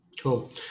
Cool